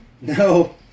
No